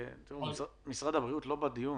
משרד הבריאות לא בדיון.